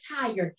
tired